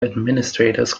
administrators